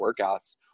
workouts